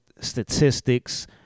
statistics